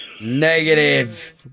Negative